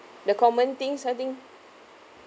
the common things I think